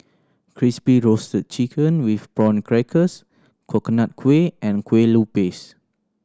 Crispy Roasted Chicken with Prawn Crackers Coconut Kuih and Kueh Lupis